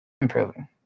improving